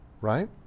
Right